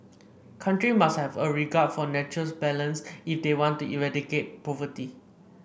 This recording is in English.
country must have a regard for nature's balance if they want to eradicate poverty